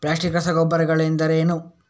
Plastic ರಸಗೊಬ್ಬರಗಳೆಂದರೇನು?